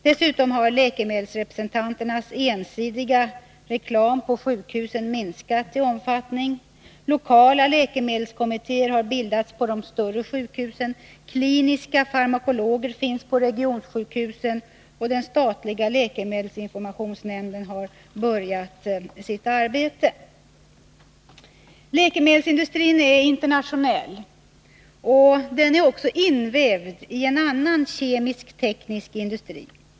Dessutom har läkemedelsrepresentanternas ensidiga reklam på sjukhusen minskat i omfattning. Lokala läkemedelskommittéer har bildats på de större sjukhusen. Kliniska farmakologer finns på regionsjukhusen, och den statliga läkemedelsinformationsnämnden har påbörjat sitt arbete. Läkemedelsindustrin är internationell, och den är också invävd i annan kemisk-teknisk industri.